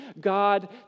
God